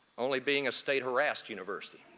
only being a state-harassed university.